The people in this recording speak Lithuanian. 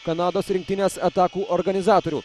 kanados rinktinės atakų organizatorių